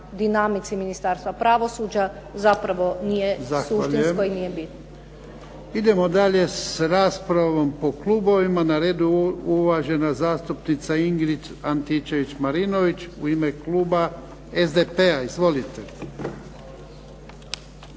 dinamici Ministarstva pravosuđa zapravo nije suštinsko.